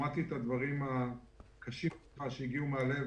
שמעתי את הדברים הקשים שלך שהגיעו מהלב,